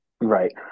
Right